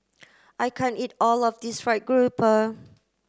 I can't eat all of this fried grouper